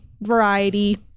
variety